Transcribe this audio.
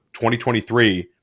2023